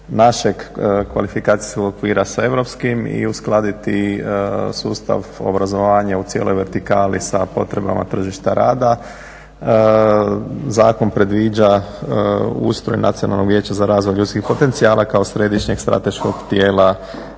našeg kvalifikacijskog okvira sa europskim i uskladiti sustav obrazovanja u cijeloj vertikali sa potrebama tržišta rada. Zakon predviđa ustroj Nacionalnog vijeća za razvoj ljudskih potencijala kao središnjeg strateškog tijela